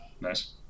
Nice